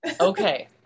Okay